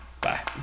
Bye